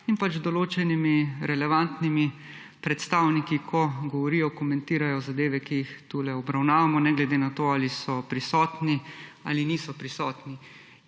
in pač določenimi relevantnimi predstavniki, ko govorijo, komentirajo zadeve, ki jih tule obravnavamo, ne glede na to, ali so prisotni ali niso prisotni.